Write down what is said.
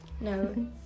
No